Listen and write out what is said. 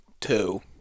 two